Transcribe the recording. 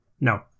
no